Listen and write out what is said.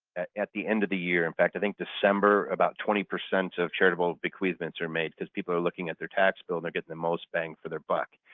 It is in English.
at the end of the year. in fact i think december, about twenty percent of charitable bequeathment are made because people are looking at their tax bill to get the most bang for their buck.